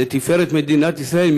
לתפארת מדינת ישראל.